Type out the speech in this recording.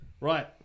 Right